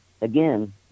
again